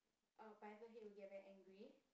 uh Pineapple Head will get very angry